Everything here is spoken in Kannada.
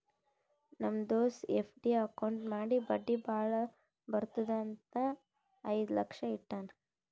ನಮ್ ದೋಸ್ತ ಎಫ್.ಡಿ ಅಕೌಂಟ್ ಮಾಡಿ ಬಡ್ಡಿ ಭಾಳ ಬರ್ತುದ್ ಅಂತ್ ಐಯ್ದ ಲಕ್ಷ ಇಟ್ಟಾನ್